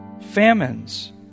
famines